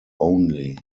only